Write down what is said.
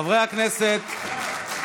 חברי הכנסת.